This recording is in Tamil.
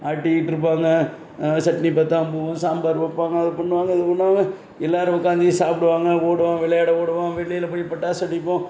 ஆட்டிட்ருப்பாங்க சட்னி பத்தாமல் போகும் சாம்பார் வைப்பாங்க அதை பண்ணுவாங்கள் இது பண்ணுவாங்கள் எல்லாரும் உக்காந்து சாப்பிடுவாங்க ஓடுவான் விளையாட ஓடுவான் வெளியில் போய் பட்டாசு வெடிப்போம்